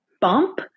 bump